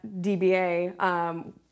DBA